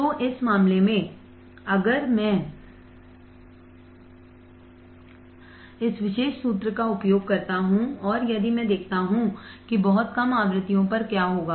तो इस मामले में अगर मैं इस विशेष सूत्र का उपयोग करता हूं और यदि मैं देखता हूं कि बहुत कम आवृत्तियों पर क्या होगा